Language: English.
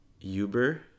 Uber